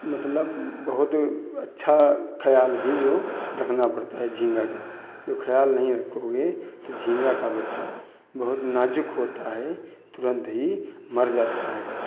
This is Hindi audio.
मतलब बहुत अच्छा खयाल ही जो रखना पड़ता है झींगा का जो खयाल नहीं रखोगे तो झींगा का बच्चा बहुत नाज़ुक होता है तुरंत ही मर जाता है